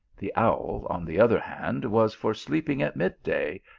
the owl, on the other hand, was for sleeping at mid-day,